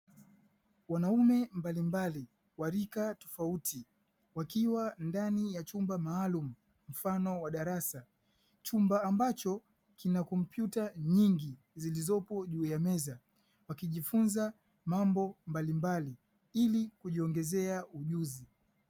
Wanaume mbalimbali wa rika tofauti wakiwa ndani ya chumba maalum mfano wa darasa, chumba ambacho kina komputa nyingi. Zilizopo juu ya meza wakijifunza mambo mbalimbali ili kujiongezea ujuzi.